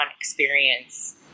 experience